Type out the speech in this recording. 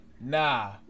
Nah